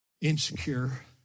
insecure